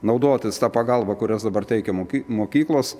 naudotis ta pagalba kurias dabar teikia moki mokyklos